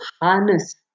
harness